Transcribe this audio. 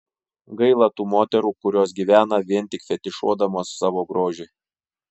gaila tų moterų kurios gyvena vien fetišuodamos savo grožį